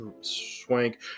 Swank